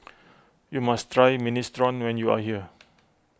you must try Minestrone when you are here